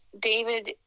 David